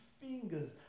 fingers